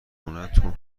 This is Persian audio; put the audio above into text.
تون